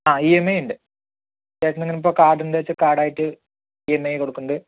ആ E M I ഉണ്ട് ചേട്ടൻ ഇങ്ങനെ ഇപ്പോൾ കാർഡ് ഉണ്ടെന്നുവെച്ചാൽ കാർഡ് ആയിട്ട് ഇ എം ഐ കൊടുക്കുന്നുണ്ട്